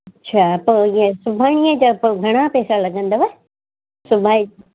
अच्छा पोइ हीअ सिबाणीअ जा पोइ घणां पैसा लॻंदव सिबाई